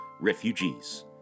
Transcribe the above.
refugees